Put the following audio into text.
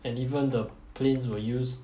and even the planes were used